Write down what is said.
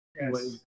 Yes